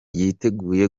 yiteguye